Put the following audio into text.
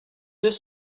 deux